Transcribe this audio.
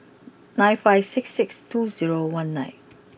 nine five six six two zero one nine